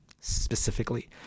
specifically